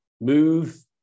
move